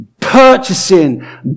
purchasing